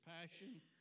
passion